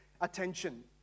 attention